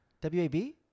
W-A-B